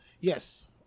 Yes